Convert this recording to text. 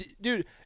Dude